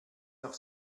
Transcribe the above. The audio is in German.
noch